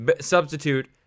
Substitute